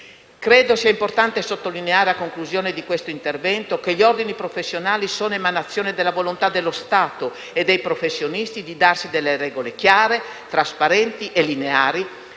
Credo sia importante sottolineare, a conclusione di questo intervento, che gli ordini professionali sono emanazione della volontà dello Stato e dei professionisti di darsi delle regole chiare, trasparenti e lineari